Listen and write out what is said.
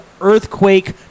Earthquake